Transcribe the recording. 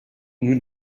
nous